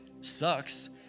sucks